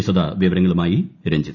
വിശദ വിവരങ്ങളുമായി ർഞ്ജിത്